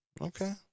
Okay